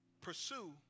pursue